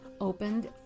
opened